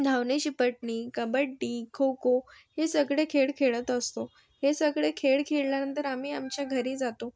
धावणे शिपटणी कबड्डी खोखो हे सगळे खेळ खेळत असतो हे सगळे खेळ खेळल्यानंतर आम्ही आमच्या घरी जातो